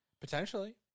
Potentially